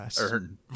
earn